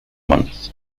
month